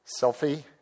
selfie